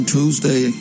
Tuesday